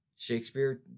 Shakespeare